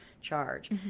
charge